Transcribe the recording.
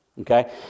Okay